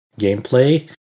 gameplay